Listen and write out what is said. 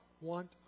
want